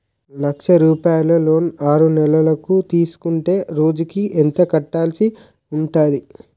లక్ష రూపాయలు లోన్ ఆరునెలల కు తీసుకుంటే రోజుకి ఎంత కట్టాల్సి ఉంటాది?